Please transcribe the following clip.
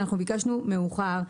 אנחנו ביקשנו מאוחר,